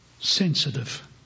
sensitive